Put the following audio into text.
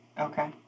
okay